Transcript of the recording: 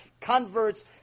converts